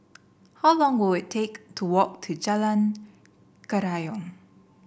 how long will we take to walk to Jalan Kerayong